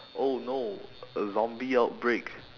oh no a zombie outbreak